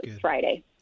Friday